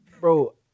bro